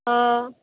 অঁ